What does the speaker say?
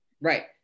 Right